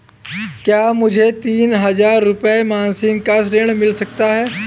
क्या मुझे तीन हज़ार रूपये मासिक का ऋण मिल सकता है?